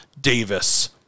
Davis